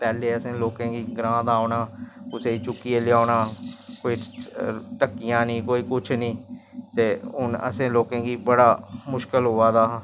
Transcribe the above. ओह् इक दिन पैह्लै टीवी च मश्हूरी देईओड़दे फोन च देईओड़दे ऐ फिर ओह् अखबार च छापदे ऐ ठीक ऐ पैह्लै थोड़ी ओह् अखबार च छापीओड़दे न